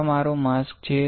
આ મારો માસ્ક છે